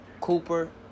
Cooper